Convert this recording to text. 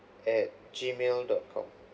at G mail dot com